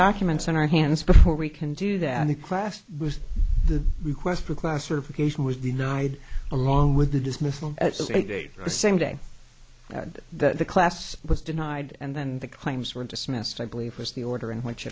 documents in our hands before we can do that on the quest was the request for classification was denied along with the dismissal at the same day that the class was denied and then the claims were dismissed i believe was the order in which